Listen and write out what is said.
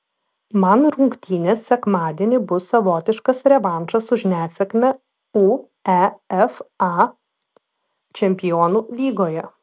man rungtynės sekmadienį bus savotiškas revanšas už nesėkmę uefa čempionų lygoje